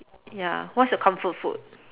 ya what's your comfort food